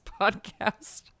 podcast